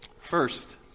First